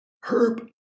Herb